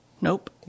Nope